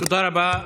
תודה רבה.